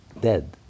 dead